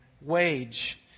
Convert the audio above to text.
wage